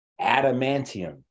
Adamantium